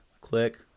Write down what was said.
click